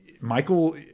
Michael